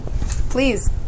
Please